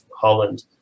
Holland